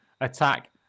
attack